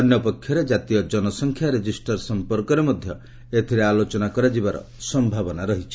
ଅନ୍ୟ ପକ୍ଷରେ ଜାତୀୟ ଜନସଂଖ୍ୟା ରେଜିଷ୍ଟର୍ ସମ୍ପର୍କରେ ମଧ୍ୟ ଏଥିରେ ଆଲୋଚନା କରାଯିବାର ସମ୍ଭାବନା ରହିଛି